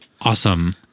awesome